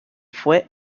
fue